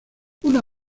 una